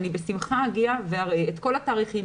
בשמחה אגיע ואראה את כל התאריכים,